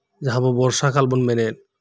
ᱡᱟᱦᱟᱸ ᱟᱵᱩ ᱵᱚᱨᱥᱟᱠᱟᱞᱵᱩ ᱢᱮᱱᱮᱫ